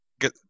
get